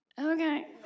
Okay